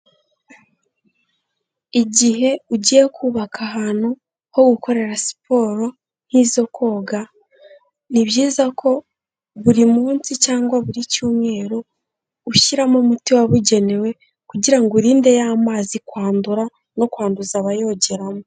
Igihe ugiye kubaka ahantu ho gukorera siporo nk'izo koga, ni byiza ko buri munsi cyangwa buri cyumweru ushyiramo umuti wabugenewe kugira ngo urinde ya mazi kwandura no kwanduza abayogera.